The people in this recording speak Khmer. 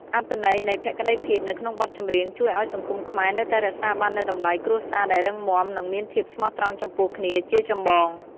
អត្ថន័យនៃ "ភក្តីភាព" នៅក្នុងបទចម្រៀង ជួយឱ្យសង្គមខ្មែរនៅតែរក្សាបាននូវតម្លៃនៃគ្រួសារដែលរឹងមាំ និងមានភាពស្មោះត្រង់ចំពោះគ្នាជាចម្បង។